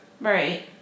Right